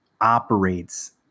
operates